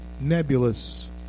nebulous